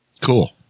Cool